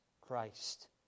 Christ